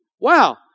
Wow